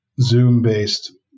Zoom-based